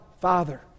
Father